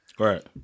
Right